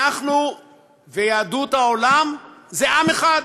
אנחנו ויהדות העולם זה עם אחד,